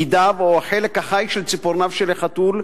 גידיו או החלק החי של ציפורניו של חתול,